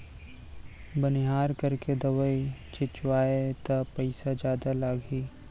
बनिहार करके दवई छिंचवाबे त पइसा जादा लागही